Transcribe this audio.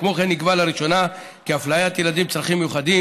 כמו כן נקבע לראשונה כי אפליית ילדים עם צרכים מיוחדים